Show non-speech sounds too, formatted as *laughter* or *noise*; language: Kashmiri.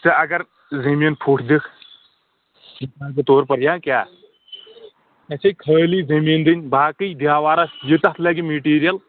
ژٕ اَگر زٔمیٖن فُٹ دِکھ *unintelligible* کیٛاہ مےٚ چھے خٲلی زٔمیٖن دِنۍ باقٕے دٮ۪وارَس یہِ تَتھ لَگہِ میٹیٖرِیَل